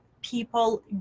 people